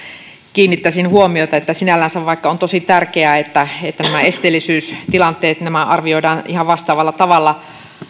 kiinnittäisin huomiota että vaikka sinällänsä on tosi tärkeää että että nämä esteellisyystilanteet arvioidaan ihan vastaavalla tavalla